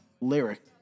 lyric